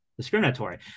discriminatory